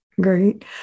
Great